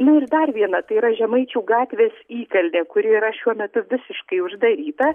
nu ir dar viena tai yra žemaičių gatvės įkalnė kuri yra šiuo metu visiškai uždaryta